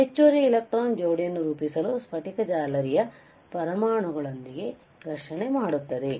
ಹೆಚ್ಚುವರಿ ಎಲೆಕ್ಟ್ರಾನ್ ಜೋಡಿಯನ್ನು ರೂಪಿಸಲು ಸ್ಫಟಿಕ ಜಾಲರಿಯ ಪರಮಾಣುಗಳೊಂದಿಗೆ ಘರ್ಷಣೆ ಮಾಡುತ್ತಾರೆ